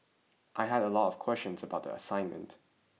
I had a lot of questions about the assignment